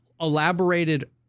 elaborated